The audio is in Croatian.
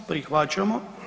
Prihvaćamo.